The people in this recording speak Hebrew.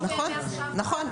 נכון.